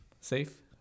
Safe